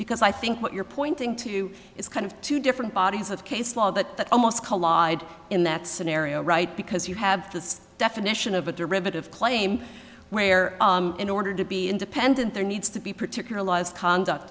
because i think what you're pointing to is kind of two different bodies of case law that almost collide in that scenario right because you have this definition of a derivative claim where in order to be independent there needs to be particular laws conduct